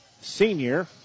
senior